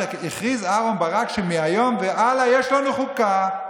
שבה הכריז אהרן ברק שמהיום והלאה יש לנו חוקה.